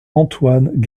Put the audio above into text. antoine